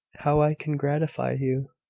how i can gratify you.